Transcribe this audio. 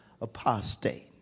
apostate